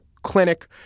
clinic